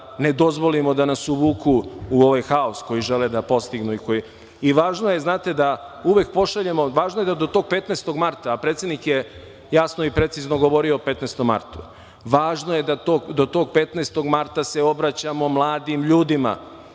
ne dozvolimo da nas uvuku u ovaj haos koji žele da postignu. Važno je, znate, da uvek pošaljemo, ali važno je da do tog 15. marta, a predsednik je jasno i precizno govorio o 15. martu, važno je da do tog 15. marta se obraćamo mladim ljudima